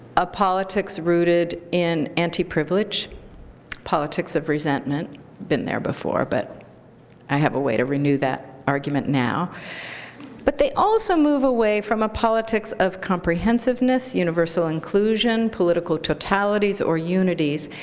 a politics rooted in anti-privilege, politics of resentment been there before, but i have a way to renew that argument now but they also move away from a politics of comprehensiveness, universal inclusion, political totalities or unities,